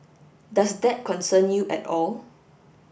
does that concern you at all